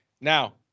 Now